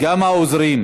גם העוזרים.